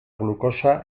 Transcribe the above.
glucosa